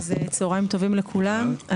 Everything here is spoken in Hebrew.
צוהריים טובים לכולם,